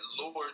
Lord